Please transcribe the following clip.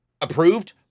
approved